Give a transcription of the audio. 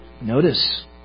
Notice